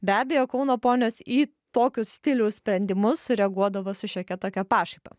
be abejo kauno ponios į tokius stiliaus sprendimus sureaguodavo su šiokia tokia pašaipa